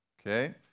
Okay